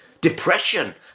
Depression